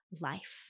life